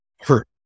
hurt